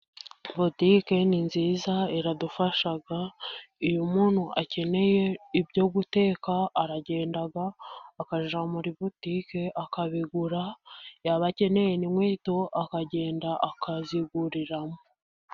Butike ni nziza iradufasha. Iyo umuntu akeneye ibyo guteka, aragenda akajya muri butike akabigura, yaba akeneye in'inkweto akagenda akazigurira.